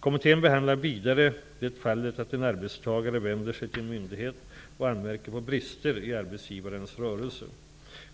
Kommittén behandlar vidare det fallet att en arbetstagare vänder sig till en myndighet och anmärker på brister i arbetsgivarens rörelse.